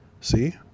See